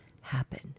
happen